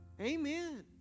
amen